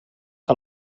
que